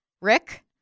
Rick